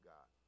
God